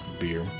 beer